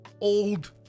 old